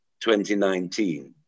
2019